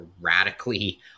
radically